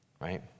right